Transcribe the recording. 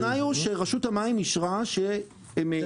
התנאי הוא שרשות המים אישרה שהתקבלו.